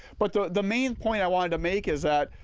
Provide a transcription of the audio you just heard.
but the the main point i want to make is that,